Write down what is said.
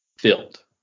filled